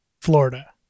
florida